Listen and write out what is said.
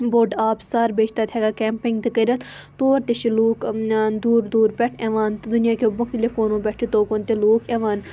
بوٚڈ آبسار بیٚیہِ چھِ تَتہِ ہیٚکان کیمپِنٛگ تہِ کٔرِتھ تور تہِ چھِ لوٗکھ دوٗر دوٗر پیٹھٕ یِوان دُنیِہکٮ۪و مُختلِف کوٗنَو پیٹھِ توکُن تہِ لُکھ یِوان